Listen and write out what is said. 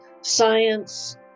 science